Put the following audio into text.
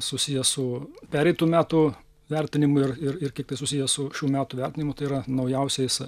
susiję su pereitų metų vertinimu ir ir kiti susiję su šių metų vertinimu tai yra naujausiais